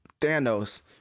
thanos